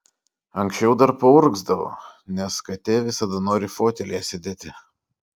anksčiau dar paurgzdavo nes katė visada nori fotelyje sėdėti